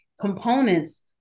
components